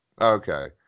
Okay